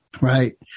Right